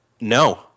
no